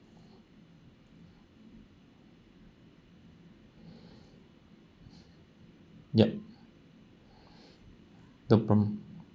yup no problem